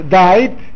died